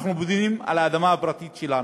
אנחנו בונים על האדמה הפרטית שלנו,